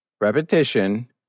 Repetition